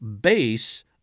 base